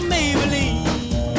Maybelline